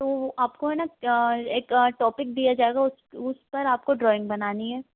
तो आपको है है न एक टॉपिक दिया जाएगा उस उस पर आपको ड्रॉइंग बनानी है